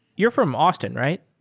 you're from austin, right?